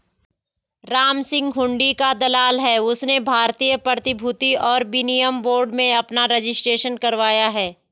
रामसिंह हुंडी का दलाल है उसने भारतीय प्रतिभूति और विनिमय बोर्ड में अपना रजिस्ट्रेशन करवाया है